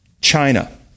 China